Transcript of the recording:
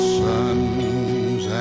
sons